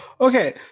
Okay